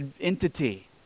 entity